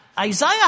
Isaiah